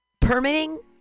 permitting